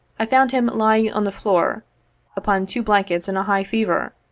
i found him lying on the floor upon two blankets in a high fever,